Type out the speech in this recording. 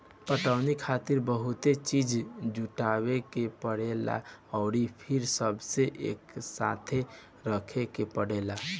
पटवनी खातिर बहुते चीज़ जुटावे के परेला अउर फिर सबके एकसाथे रखे के पड़ेला